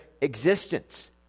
existence